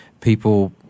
people